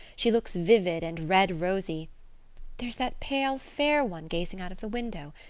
she looks vivid and red-rosy there's that pale, fair one gazing out of the window.